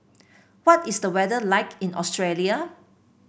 what is the weather like in Australia